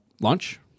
lunch